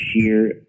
sheer